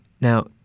now